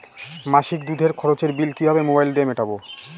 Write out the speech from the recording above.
মাসিক দুধের খরচের বিল কিভাবে মোবাইল দিয়ে মেটাব?